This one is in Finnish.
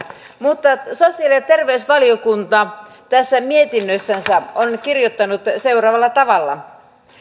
mutta sosiaali ja terveysvaliokunta tässä mietinnössänsä on kirjoittanut seuraavalla tavalla